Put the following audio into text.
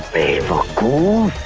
for all